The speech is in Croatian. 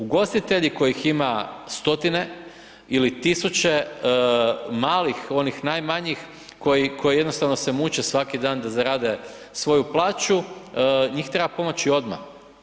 Ugostitelji kojih ima stotine ili tisuće malih, onih najmanjih koji jednostavno se muče svaki dan da zarade svoju plaću, njih treba pomoći odmah.